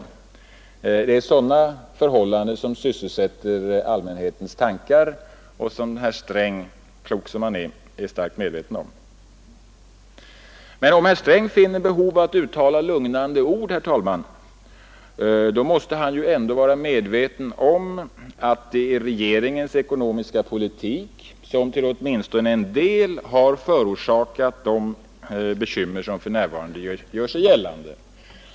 Det är sådana förhållanden som sysselsätter allmänhetens tankar och som herr Sträng, klok som han är, är starkt medveten om. Men om herr Sträng finner behov av att uttala lugnande ord, herr talman, måste han ändå vara medveten om att det är regeringens ekonomiska politik som till åtminstone en del har förorsakat de bekymmer som för närvarande gör sig gällande.